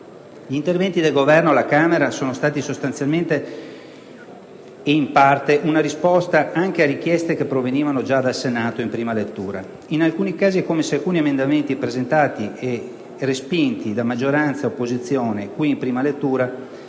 nel corso dell'esame alla Camera sono stati sostanzialmente, e in parte, una risposta anche a richieste che provenivano già dal Senato in prima lettura; in alcuni casi è come se alcuni emendamenti, presentati e respinti da maggioranza e opposizione qui in prima lettura,